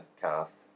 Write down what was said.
cast